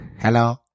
Hello